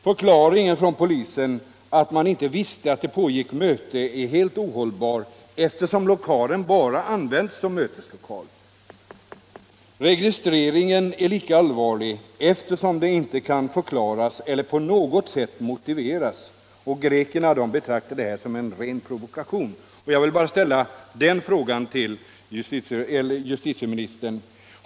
Förklaringen från polisen, att man inte visste att det pågick möte, är helt ohållbar, eftersom lokalen bara används som möteslokal. Registreringen är lika allvarlig, eftersom den inte kan förklaras eller på något sätt motiveras. Grekerna betraktar detta som en ren provokation.